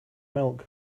milk